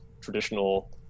traditional